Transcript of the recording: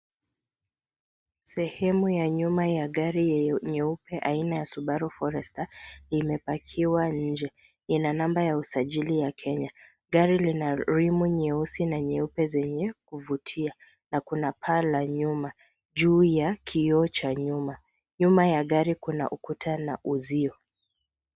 Sehemu ya nyuma ya gari nyeupe aina ya Subaru Forester, imepakiwa nje. Ina namba ya usajili ya Kenya. Gari lina rimu nyeusi na nyeupe zenye kuvutia na kuna paa la nyuma, juu ya kioo cha nyuma. Nyuma ya gari kuna ukuta na uzio.